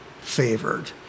favored